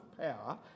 power